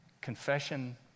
confession